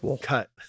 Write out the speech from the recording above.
cut